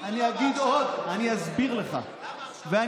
תסביר למה עכשיו לא.